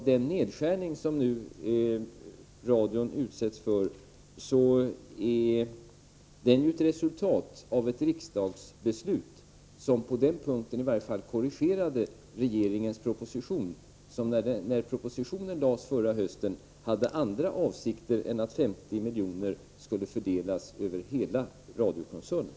Den nedskärning som radion nu utsätts för är ett resultat av ett riksdagsbeslut, som på den punkten i varje fall korrigerade regeringens proposition — regeringen hade med sin proposition som lades fram förra hösten andra avsikter än att 50 miljoner skulle fördelas över hela radiokoncernen.